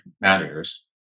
managers